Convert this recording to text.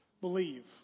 believe